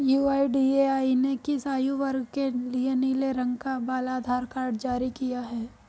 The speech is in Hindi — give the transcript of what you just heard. यू.आई.डी.ए.आई ने किस आयु वर्ग के लिए नीले रंग का बाल आधार कार्ड जारी किया है?